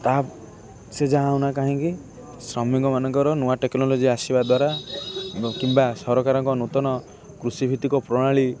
ତାହା ସେ ଯାହା ହେଉନା କାହିଁକି ଶ୍ରମିକ ମାନଙ୍କର ନୂଆ ଟେକ୍ନୋଲୋଜି ଆସିବା ଦ୍ୱାରା କିମ୍ବା ସରକାରଙ୍କ ନୂତନ କୃଷି ଭିତ୍ତିକ ପ୍ରଣାଳୀ